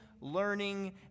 learning